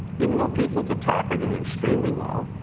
even though people at the top are doing extremely well,